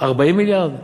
40 מיליארד?